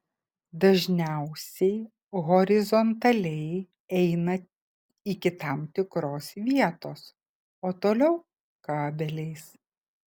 dažniausiai horizontaliai eina iki tam tikros vietos o toliau kabeliais